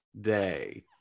day